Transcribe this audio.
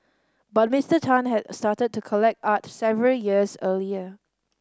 but Mister Tan had started to collect art several years earlier